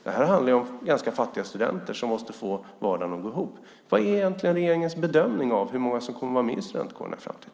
Det här handlar om fattiga studenter som måste få vardagen att gå ihop. Vad är egentligen regeringens bedömning av hur många som kommer att vara med i studentkårerna i framtiden?